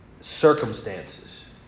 circumstances